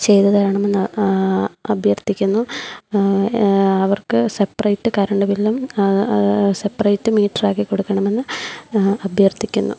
ചെയ്ത് തരണമെന്ന് അഭ്യർത്ഥിക്കുന്നു അവർക്ക് സെപറേറ്റ് കറണ്ട് ബില്ലും സെപ്പറേറ്റ് മീറ്ററാക്കി കൊടുക്കണമെന്ന് അഭ്യർത്ഥിക്കുന്നു